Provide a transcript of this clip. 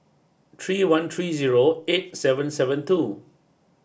three one three zero eight seven seven two